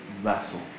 vessel